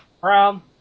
Brown